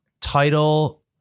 title